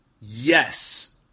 yes